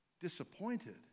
Disappointed